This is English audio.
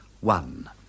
One